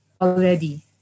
already